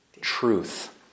truth